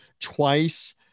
twice